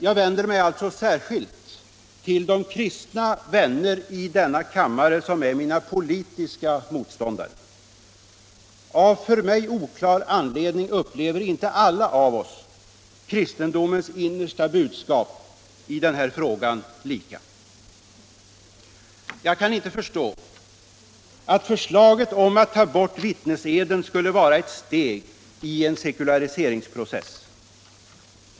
Jag vänder mig alltså särskilt till de kristna vänner i denna kammare som är mina politiska motståndare. Av för mig oklar anledning upplever inte alla av oss kristendomens innersta budskap i denna fråga lika. Jag kan inte förstå att förslaget om att ta bort vittneseden skulle vara ett steg i en sekulariseringsprocess.